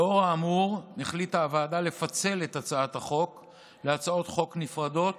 לאור האמור החליטה הוועדה לפצל את הצעת החוק להצעות חוק נפרדות